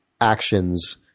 actions